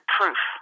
proof